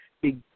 big